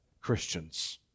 Christians